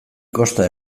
kosta